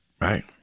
right